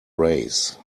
race